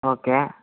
okay